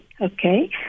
okay